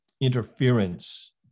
interference